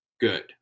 good